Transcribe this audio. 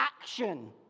action